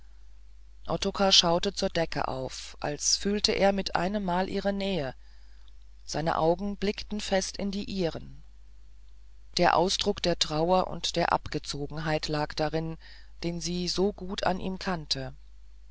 schaute zur decke auf als fühle er mit einemmal ihre nähe seine augen blickten fest in die ihren der ausdruck der trauer und der abgezogenheit lag darin den sie so gut an ihm kannte